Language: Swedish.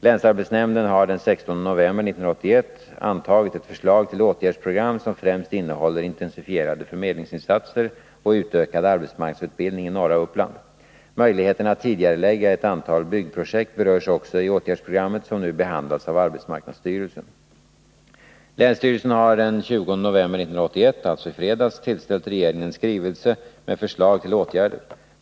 Länsarbetsnämnden har den 16 november 1981 antagit ett förslag till åtgärdsprogram som främst innehåller intensifierade förmedlingsinsatser och utökad arbetsmarknadsutbildning i norra Uppland. Möjligheterna att tidigarelägga ett antal byggprojekt berörs också i åtgärdspro 169 grammet, som nu behandlas av arbetsmarknadsstyrelsen. Länsstyrelsen har den 20 november 1981 — alltså i fredags — tillställt regeringen en skrivelse med förslag till åtgärder.